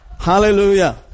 Hallelujah